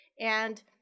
and-